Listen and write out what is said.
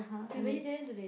you vegetarian today